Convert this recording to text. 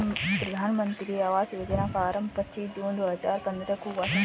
प्रधानमन्त्री आवास योजना का आरम्भ पच्चीस जून दो हजार पन्द्रह को हुआ था